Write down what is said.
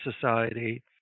Society